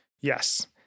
yes